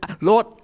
lord